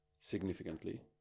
significantly